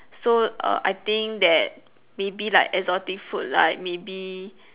so uh I think that maybe like exotic food like maybe